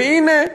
והנה,